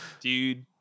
dude